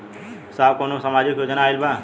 साहब का कौनो सामाजिक योजना आईल बा?